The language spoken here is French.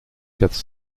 quatre